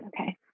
Okay